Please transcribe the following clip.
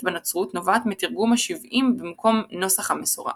בנצרות נובעת מתרגום השבעים במקום נוסח המסורה.